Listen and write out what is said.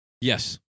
yes